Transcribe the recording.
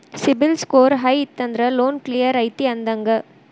CIBIL score high ಇತ್ತಂದ್ರ loan clear ಐತಿ ಅಂದಂಗ